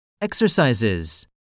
Exercises